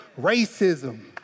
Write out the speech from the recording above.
racism